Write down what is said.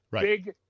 big